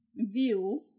view